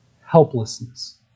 helplessness